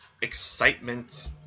excitement